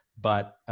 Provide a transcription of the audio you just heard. but